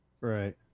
Right